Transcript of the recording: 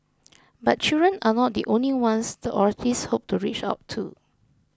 but children are not the only ones the authorities hope to reach out to